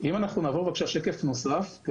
נעבור שקף נוסף.